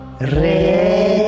Red